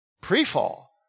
pre-fall